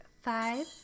Five